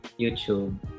YouTube